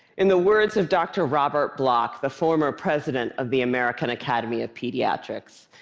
in the words of dr. robert block, the former president of the american academy of pediatrics,